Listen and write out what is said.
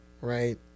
right